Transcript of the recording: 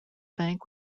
bank